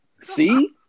See